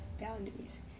boundaries